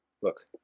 Look